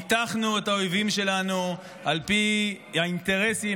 ניתחנו את האויבים שלנו על פי האינטרסים.